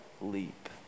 leap